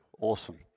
Awesome